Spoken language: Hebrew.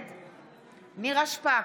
נגד נירה שפק,